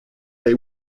they